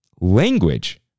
language